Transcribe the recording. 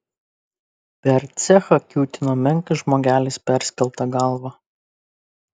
per cechą kiūtino menkas žmogelis perskelta galva